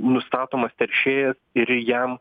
nustatomas teršėjas ir jam